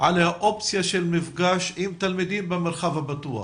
על האופציה של מפגש עם תלמידים במרחב הפתוח.